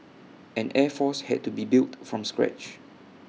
an air force had to be built from scratch